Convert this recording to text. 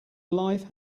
life